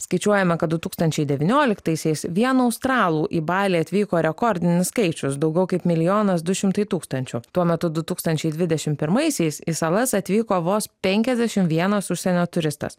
skaičiuojama kad du tūkstančiai devynioliktaisiais vien australų į balį atvyko rekordinis skaičius daugiau kaip milijonas du šimtai tūkstančių tuo metu du tūkstančiai dvidešim pirmaisiais į salas atvyko vos penkiasdešim vienas užsienio turistas